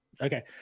okay